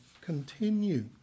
continue